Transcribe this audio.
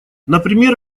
например